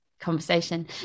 conversation